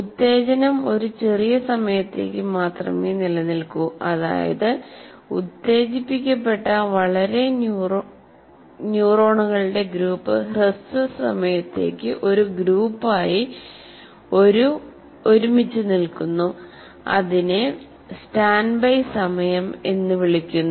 ഉത്തേജനം ഒരു ചെറിയ സമയത്തേക്ക് മാത്രമേ നിലനിൽക്കൂ അതായത് ഉത്തേജിപ്പിക്കപ്പെട്ട ന്യൂറോണുകളുടെ ഗ്രൂപ്പ് വളരെ ഹ്രസ്വ സമയത്തേക്ക് ഒരു ഗ്രൂപ്പായി ഒരുമിച്ച് നിൽക്കുന്നു അതിനെ സ്റ്റാൻഡ്ബൈ സമയം എന്ന് വിളിക്കുന്നു